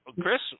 Chris